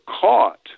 caught